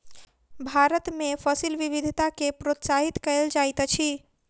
भारत में फसिल विविधता के प्रोत्साहित कयल जाइत अछि